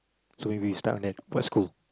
so if we start on that first school